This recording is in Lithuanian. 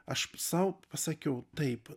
aš sau pasakiau taip